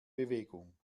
bewegung